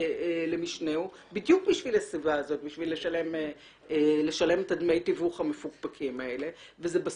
למשנהו בדיוק בשביל הסיבה הזו לשלם את דמי התיווך המפוקפקים הללו.